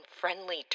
friendly